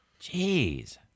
Jeez